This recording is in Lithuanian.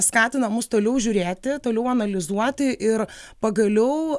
skatina mus toliau žiūrėti toliau analizuoti ir pagaliau